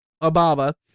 Ababa